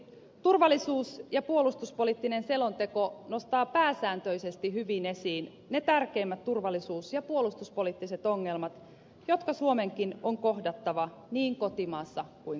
turvallisuus ja puolustuspoliittinen selonteko nostaa pääsääntöisesti hyvin esiin ne tärkeimmät turvallisuus ja puolustuspoliittiset ongelmat jotka suomenkin on kohdattava niin kotimaassa kuin kansainvälisestikin